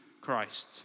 christ